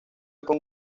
con